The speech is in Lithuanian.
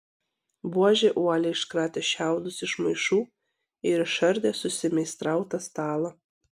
buožė uoliai iškratė šiaudus iš maišų ir išardė susimeistrautą stalą